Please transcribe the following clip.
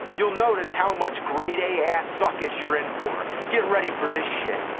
youill notice how much grade a ass suckage youire in for. get ready for this shit,